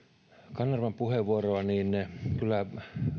kanervan puheenvuoroa niin kyllä